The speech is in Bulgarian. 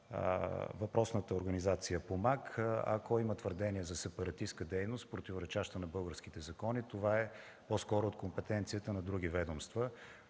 въпросната организация „Помак”, ако има твърдения за сепаратистка дейност, противоречаща на българските закони, това е по-скоро от компетенцията на други ведомства,